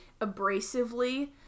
abrasively